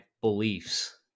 beliefs